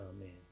Amen